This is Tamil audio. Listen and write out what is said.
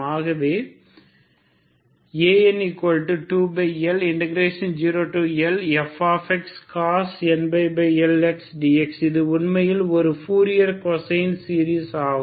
ஆகவே An2L0Lfcos nπLx dx இது உண்மையில் ஒரு பூரியர் கோசைன் சீரிஸ் ஆகும்